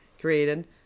created